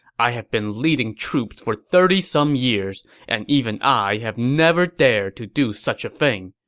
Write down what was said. i have been leading troops for thirty some years, and even i have never dared to do such a thing.